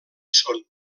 son